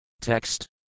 Text